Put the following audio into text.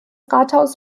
rathaus